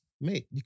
Mate